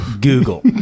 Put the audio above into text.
Google